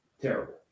terrible